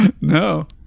No